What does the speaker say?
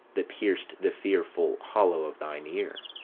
that pierc'd the fearful hollow of thine ear.